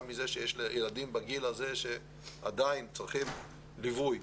מזה שיש ילדים בגיל הזה שעדיין צריכים ליווי.